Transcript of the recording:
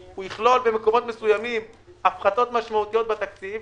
הוא יכלול במקומות מסוימים הפחתות משמעותיות בתקציב.